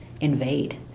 invade